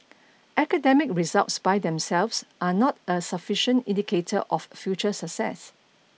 academic results by themselves are not a sufficient indicator of future success